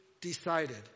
decided